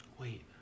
Wait